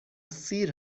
سیر